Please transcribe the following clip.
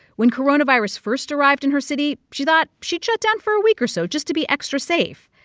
when coronavirus first arrived in her city, she thought she'd shut down for a week or so just to be extra safe.